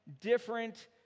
different